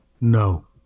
No